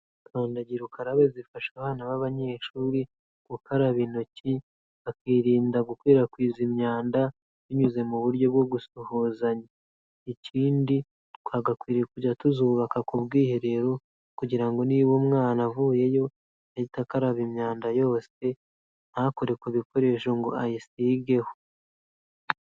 Kandagira ukarabe zifasha abana b'abanyeshuri gukaraba intoki, bakirinda gukwirakwiza imyanda, binyuze mu buryo bwo gusuhuzanya. Ikindi, twagakwiriye kujya tuzubaka ku bwiherero kugira ngo niba umwana avuyeyo, ahite akaba imyanda yose, ntakore ku bikoresho ngo ayisigeho.